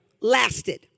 Lasted